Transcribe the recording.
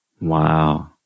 Wow